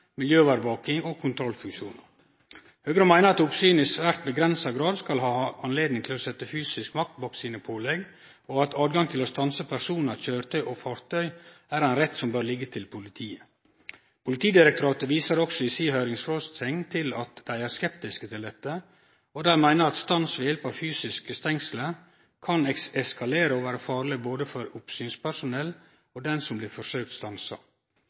og ha ein kontrollfunksjon. Høgre meiner at oppsynet i svært avgrensa grad skal ha høve til å setje fysisk makt bak pålegga sine, og at høve til å stanse personar, køyretøy og fartøy er ein rett som bør liggje til politiet. Politidirektoratet viser òg i si høringsfråsegn til at dei er skeptiske til dette. Dei meiner at stans ved hjelp av fysiske stengsler kan eskalere og vere farleg både for oppsynsperspersonell og dei som blir forsøkt stansa.